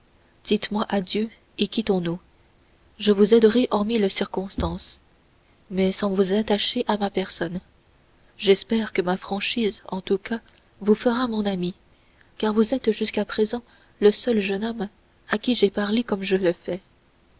dites-moi adieu et quittons-nous je vous aiderai en mille circonstances mais sans vous attacher à ma personne j'espère que ma franchise en tout cas vous fera mon ami car vous êtes jusqu'à présent le seul jeune homme à qui j'aie parlé comme je le fais